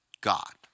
God